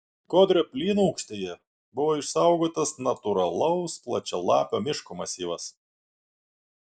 kodrio plynaukštėje buvo išsaugotas natūralaus plačialapio miško masyvas